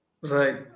Right